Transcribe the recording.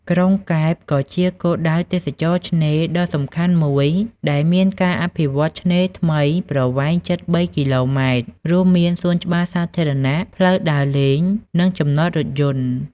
ក្រុងកែបក៏ជាគោលដៅទេសចរណ៍ឆ្នេរដ៏សំខាន់មួយ ដែលមានការអភិវឌ្ឍន៍ឆ្នេរថ្មីប្រវែងជិត ៣ គីឡូម៉ែត្រ រួមមានសួនច្បារសាធារណៈ ផ្លូវដើរលេង និងចំណត រថយន្ត។